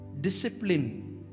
discipline